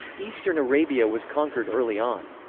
eastern arabia was conquered early on.